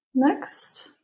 Next